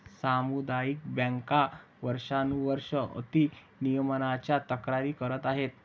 सामुदायिक बँका वर्षानुवर्षे अति नियमनाच्या तक्रारी करत आहेत